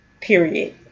Period